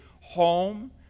home